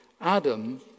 Adam